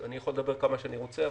אני יכול לדבר כמה שאני רוצה,